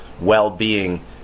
well-being